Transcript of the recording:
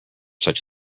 such